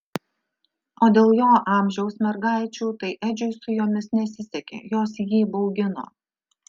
o dėl jo amžiaus mergaičių tai edžiui su jomis nesisekė jos jį baugino